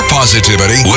positivity